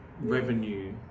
Revenue